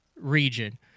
region